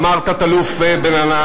אמר תא"ל בן-ענת,